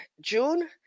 june